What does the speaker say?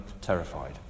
terrified